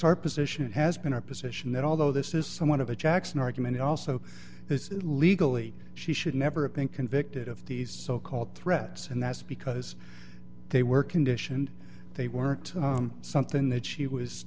our position it has been our position that although this is somewhat of a jackson argument it also is legally she should never have been convicted of these so called threats and that's because they were conditioned they weren't something that she was